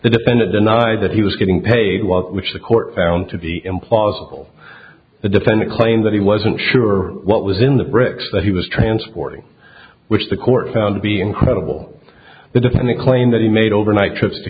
the defendant denied that he was getting paid work which the court found to be implausible the defendant claimed that he wasn't sure what was in the bricks that he was transporting which the court found to be incredible the defendant claimed that he made overnight trips to